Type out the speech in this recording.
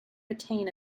attain